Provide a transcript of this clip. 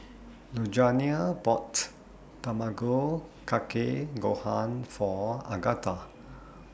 Lugenia bought Tamago Kake Gohan For Agatha